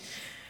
תודה רבה.